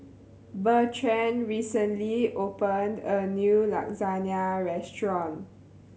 Bertrand recently opened a new Lasagne Restaurant